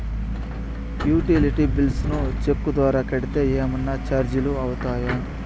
Utility bills ను cheque ద్వారా కట్టితే ఏమన్నా చార్జీలు అవుతాయా?